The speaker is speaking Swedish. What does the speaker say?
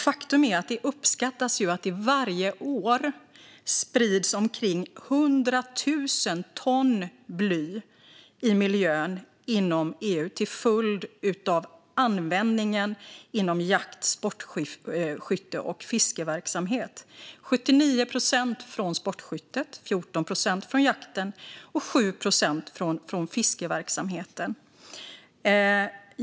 Faktum är att det uppskattas att det varje år sprids omkring 100 000 ton bly i miljön inom EU till följd av användningen inom jakt, sportskytte och fiskeverksamhet. Det är 79 procent från sportskyttet, 14 procent från jakten och 7 procent från fiskeverksamheten.